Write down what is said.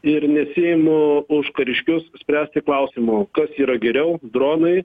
ir nesiimu už kariškius spręsti klausimo kas yra geriau dronai